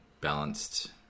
balanced